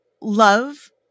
love